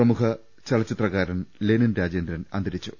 പ്രമുഖ ചലച്ചിത്രകാരൻ ലെനിൻ രാജേന്ദ്രൻ അന്തരിച്ചു